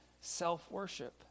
self-worship